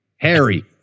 Harry